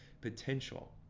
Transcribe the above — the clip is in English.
potential